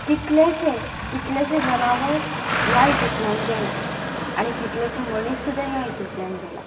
कितलेशे कितलेशे जनावर ह्या हितूतल्यान गेलां आनी कितलेशे मनीस सुद्दा ह्या हितूतल्यान गेलां